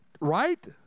Right